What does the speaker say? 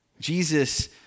Jesus